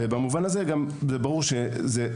וגם